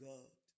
God